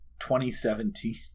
2017